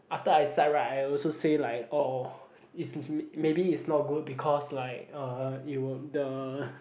after I cite right I also say like oh is maybe is not good because like uh it would the